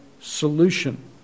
solution